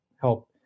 help